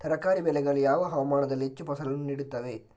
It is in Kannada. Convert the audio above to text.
ತರಕಾರಿ ಬೆಳೆಗಳು ಯಾವ ಹವಾಮಾನದಲ್ಲಿ ಹೆಚ್ಚು ಫಸಲನ್ನು ನೀಡುತ್ತವೆ?